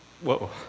whoa